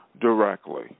directly